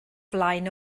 flaen